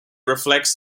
reflects